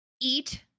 Eat